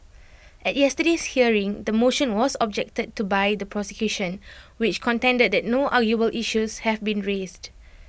at yesterday's hearing the motion was objected to by the prosecution which contended that no arguable issues have been raised